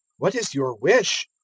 what is your wish?